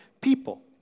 people